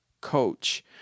coach